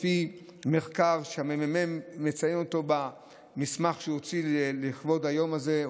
לפי מחקר שהממ"מ מציין במסמך שהוא הוציא לכבוד היום הזה,